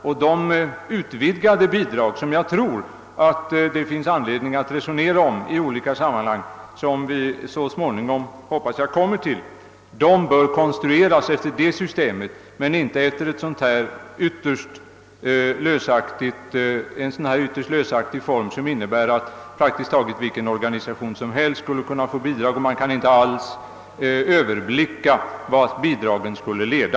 De ytterligare bidragsformer, som det finns anledning att resonera om, vilket jag hoppas vi så småningom ska få göra, bör konstrueras efter samma system och inte efter den lösliga form som herr Johansson föreslagit, som innebär att praktiskt taget vilken organisation som helst skulle kunna få bidrag. Man kan inte överblicka vart ett sådant system skulle leda.